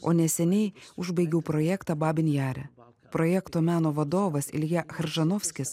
o neseniai užbaigiau projektą babinjere projekto meno vadovas ilja chiržanovskis